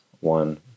one